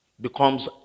becomes